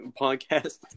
podcast